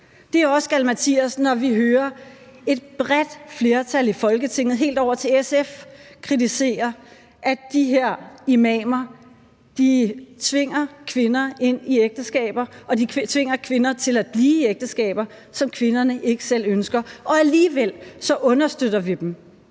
galimatias, når vi hører et bredt flertal i Folketinget helt over til SF kritisere, at de her imamer tvinger kvinder ind i ægteskaber og de tvinger kvinder til at blive i ægteskaber, som kvinderne ikke selv ønsker, når vi alligevel understøtter dem